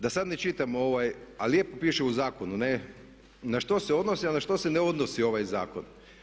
Da sada ne čitam a lijepo piše u zakonu na što se odnosi a na što se ne odnosi ovaj zakon.